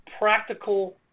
practical